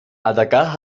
adakah